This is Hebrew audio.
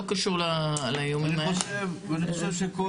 אני חושב שכל